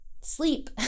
sleep